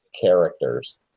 characters